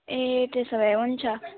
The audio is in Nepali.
ए त्यसो भए हुन्छ